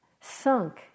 Sunk